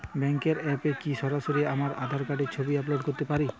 ব্যাংকের অ্যাপ এ কি সরাসরি আমার আঁধার কার্ডের ছবি আপলোড করতে পারি?